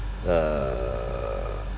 uh